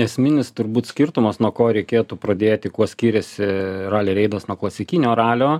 esminis turbūt skirtumas nuo ko reikėtų pradėti kuo skiriasi rali reidas nuo klasikinio ralio